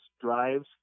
drives